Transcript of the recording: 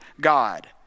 God